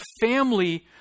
family